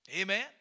Amen